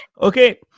Okay